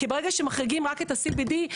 ברגע שמחריגים רק את ה-CBD,